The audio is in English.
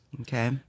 okay